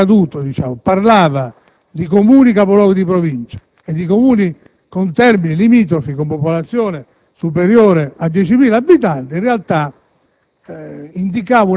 di allora decaduto parlava dei Comuni capoluogo di Provincia e di Comuni limitrofi con popolazione superiore a 10.000 abitanti, in realtà